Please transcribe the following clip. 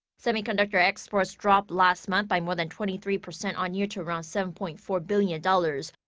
semiconductor exports dropped last month by more than twenty three percent on-year to around seven point four billion dollars.